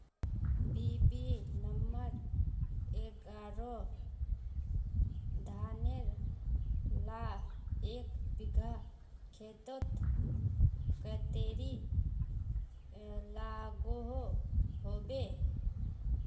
BB number एगारोह धानेर ला एक बिगहा खेतोत कतेरी लागोहो होबे?